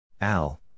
Al